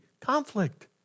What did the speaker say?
conflict